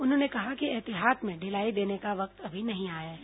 उन्होंने कहा कि एहतियात में ढिलाई देने का वक्त अभी नहीं आया है